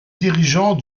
dirigeant